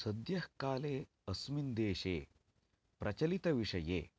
सद्यः काले अस्मिन् देशे प्रचलितविषये